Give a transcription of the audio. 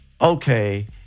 okay